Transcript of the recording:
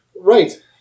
Right